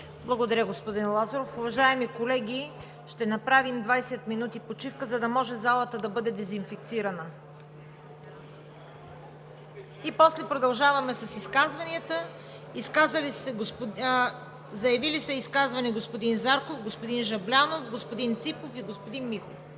Благодаря Ви, господин Лазаров. Уважаеми колеги, ще направим 20 минути почивка, за да може залата да бъде дезинфекцирана. После продължаваме с изказванията. Изказвания са заявили господин Зарков, господин Жаблянов, господин Ципов и господин Михов.